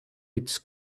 its